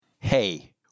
Hey